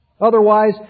Otherwise